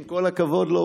עם כל הכבוד לו,